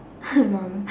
LOL